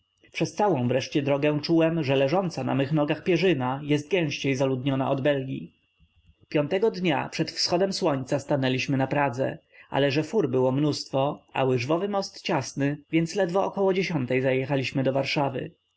przez całą wreszcie drogę czułem że leżąca na moich nogach pierzyna jest gęściej zaludniona od belgii piątego dnia przed wschodem słońca stanęliśmy na pradze ale że fur było mnóstwo a łyżwowy most ciasny więc ledwie około dziesiątej zajechaliśmy do warszawy